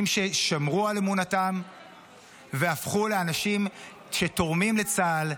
ששמרו על אמונתם והפכו לאנשים שתורמים לצה"ל,